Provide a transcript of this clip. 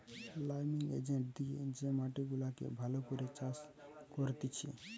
liming agent দিয়ে যে মাটি গুলাকে ভালো করে চাষ করতিছে